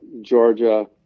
Georgia